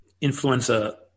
influenza